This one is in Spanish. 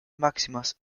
máximas